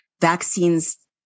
vaccines